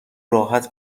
راحت